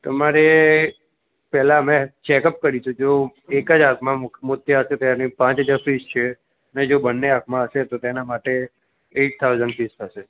તમારે પહેલાં અમે ચેકઅપ કરીશું જો એક જ આંખમાં મો મોતિયા હશે તો તેની પાંચ હજાર ફીસ છે અને જો બંને આંખમાં હશે ઓ તેનાં માટે એઈટ થાઉઝન્ડ ફીસ થશે